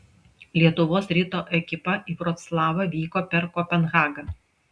lietuvos ryto ekipa į vroclavą vyko per kopenhagą